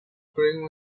bring